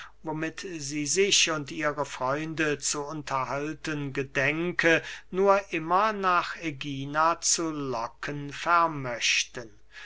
sie sich und ihre freunde zu unterhalten gedenke nur immer nach ägina zu locken vermochten